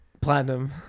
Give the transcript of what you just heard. platinum